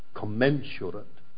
commensurate